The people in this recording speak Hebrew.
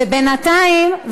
ובינתיים,